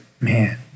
man